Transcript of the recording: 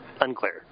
Unclear